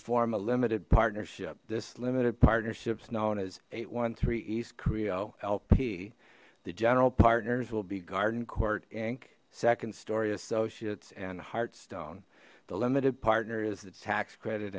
form a limited partnership this limited partnerships known as eight one three east crio lp the general partners will be garden court inc second story associates and hearthstone the limited partner is the tax credit